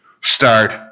start